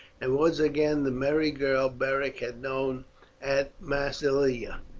and was again the merry girl beric had known at massilia.